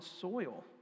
soil